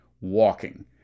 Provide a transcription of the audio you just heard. walking